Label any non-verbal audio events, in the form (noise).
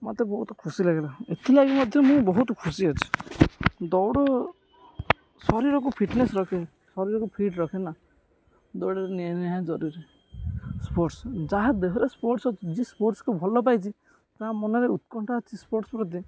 ମୋତେ ବହୁତ ଖୁସି ଲାଗିଲା ଏଥିଲାଗି ମଧ୍ୟ ମୁଁ ବହୁତ ଖୁସି ଅଛି ଦୌଡ଼ ଶରୀରକୁ ଫିଟନେସ୍ ରଖେ ଶରୀରକୁ ଫିଟ୍ ରଖେ ନା ଦୌଡ଼ରେ (unintelligible) ଜରୁରୀ ସ୍ପୋର୍ଟସ ଯାହା ଦେହରେ ସ୍ପୋର୍ଟସ ଅଛି ଯିଏ ସ୍ପୋର୍ଟସକୁ ଭଲ ପାଇଛି ତା ମନରେ ଉତ୍କଣ୍ଠା ଅଛି ସ୍ପୋର୍ଟସ ପ୍ରତି